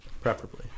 Preferably